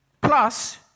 plus